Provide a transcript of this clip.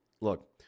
Look